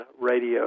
Radio